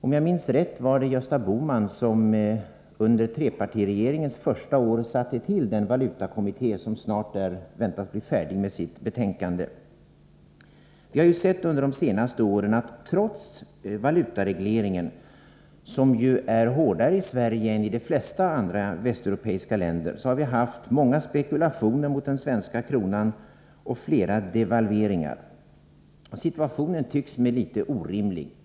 Om jag minns rätt var det Gösta Bohman som under trepartiregeringens första år lät tillsätta den valutakommitté som väntas vara klar med sitt betänkande — Nr 119 inom en snar framtid. Fredagen den Under de senaste åren har vi erfarit att det — trots vår valutareglering som 6 april 1984 är hårdare än de flesta andra västeuropeiska länders — har förekommit många spekulationer mot den svenska kronan och flera devalveringar. Jag finner att Om tullens kropps staktionen är något orimlig.